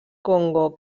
congo